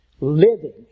living